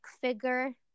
figure